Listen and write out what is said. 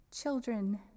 Children